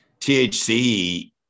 THC